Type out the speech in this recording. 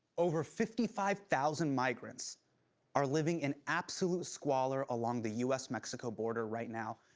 over fifty five thousand migrants are living in absolute squalor along the u s mexico border right now.